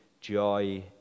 joy